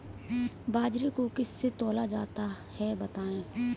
बाजरे को किससे तौला जाता है बताएँ?